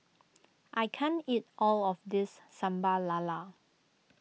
I can't eat all of this Sambal Lala